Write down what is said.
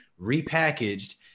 repackaged